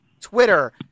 Twitter